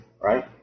Right